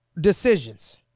decisions